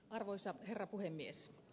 arvoisa herra puhemies